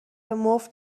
مفت